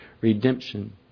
redemption